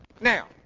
Now